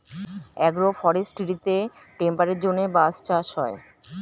agro ফরেস্ট্রিতে temperate জোনে বাঁশ চাষ হয়